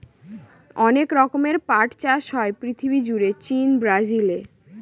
অনেক রকমের পাট চাষ হয় পৃথিবী জুড়ে চীন, ব্রাজিলে